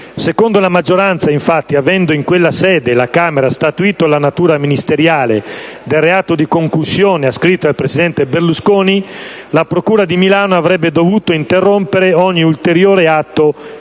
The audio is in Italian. Secondo la maggioranza, infatti, avendo in quella sede la Camera statuito la natura ministeriale del reato (di concussione) ascritto al presidente Berlusconi, la procura di Milano avrebbe dovuto interrompere ogni ulteriore atto